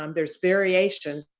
um there's variations,